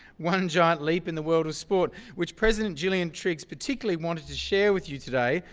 one giant leap in the world of sport, which president gillian triggs particularly wanted to share with you today,